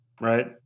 right